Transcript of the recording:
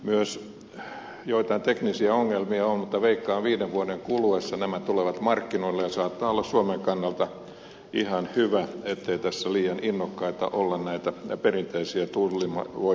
myös joitain teknisiä ongelmia on mutta veikkaan että viiden vuoden kuluessa nämä tulevat markkinoille ja saattaa olla suomen kannalta ihan hyvä ettei tässä liian innokkaita olla näitä perinteisiä tuulivoimaloita maisemaan sijoittamaan